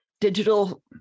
digital